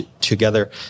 together